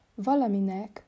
Valaminek